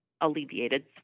alleviated